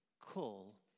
call